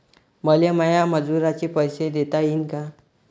मले माया मजुराचे पैसे देता येईन का?